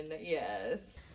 yes